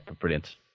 brilliant